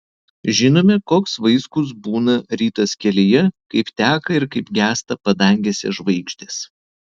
žinome koks vaiskus būna rytas kelyje kaip teka ir kaip gęsta padangėse žvaigždės